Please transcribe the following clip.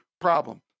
problem